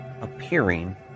appearing